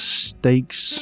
stakes